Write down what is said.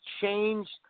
changed